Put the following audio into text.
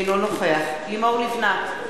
אינו נוכח לימור לבנת,